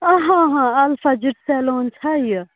آ ہاں ہاں اَلفاجِس سیٚلون چھا یہِ